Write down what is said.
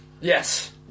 Yes